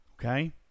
Okay